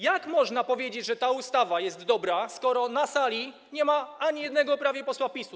Jak można powiedzieć, że ta ustawa jest dobra, skoro na sali nie ma ani jednego posła PiS-u?